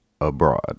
abroad